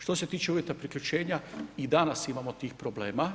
Što se tiče uvjeta priključenja i danas imamo tih problema.